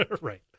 right